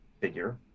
figure